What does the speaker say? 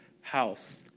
house